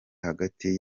hagati